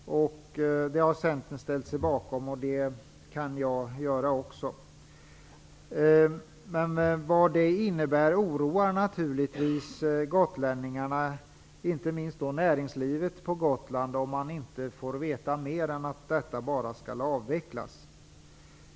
Centern har ställt sig bakom det förslaget, och det kan också jag göra. Det oroar naturligtvis gotlänningarna, och inte minst näringslivet på Gotland, om de inte får veta mer än att det skall ske en avveckling.